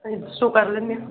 ਹਾਂਜੀ ਦੱਸੋ ਕਰ ਲੈਂਦੇ ਹਾਂ